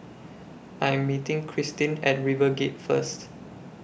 I Am meeting Kristyn At RiverGate First